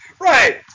Right